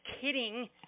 kidding